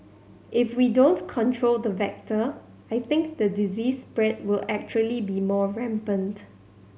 if we don't control the vector I think the disease spread will actually be more rampant